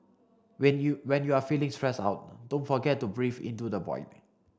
when you when you are feeling stressed out don't forget to breathe into the void